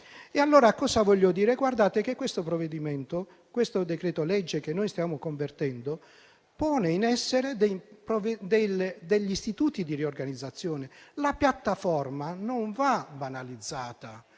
Allora cosa voglio dire? Guardate che il decreto-legge che noi stiamo convertendo pone in essere degli istituti di riorganizzazione: la piattaforma non va banalizzata;